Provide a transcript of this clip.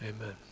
Amen